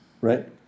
Right